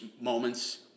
moments